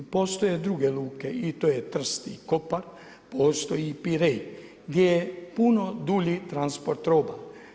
Postoje druge luke i to je Trst i Koper, postoji Pirej gdje je puno dulji transport roba.